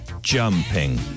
jumping